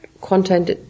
content